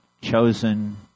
chosen